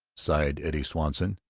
sighed eddie swanson